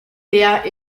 der